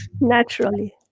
naturally